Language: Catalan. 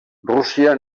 rússia